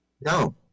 No